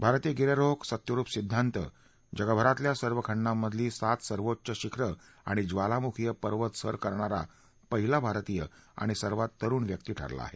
भारतीय गिर्यारोहक सत्यरुप सिद्धांत जगभरातल्या सर्व खंडांमधली सात सर्वोच्च शिखरं आणि ज्वालामुखीय पर्वत सर करणारा पहिला भारतीय आणि सर्वात तरुण व्यक्ती ठरला आहे